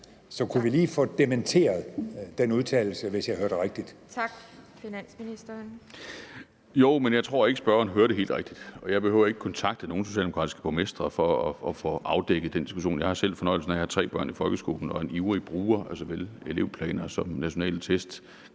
(Pia Kjærsgaard): Tak. Finansministeren. Kl. 18:15 Finansministeren (Bjarne Corydon): Jeg tror ikke, at spørgeren hørte helt rigtigt, og jeg behøver ikke kontakte nogen socialdemokratiske borgmestre for at få afdækket den diskussion. Jeg har selv fornøjelsen af at have tre børn i folkeskolen og er en ivrig bruger af såvel elevplaner som nationale test,